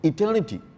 Eternity